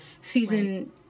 season